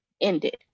ended